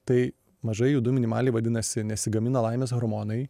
tai mažai judu minimaliai vadinasi nesigamina laimės hormonai